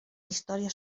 història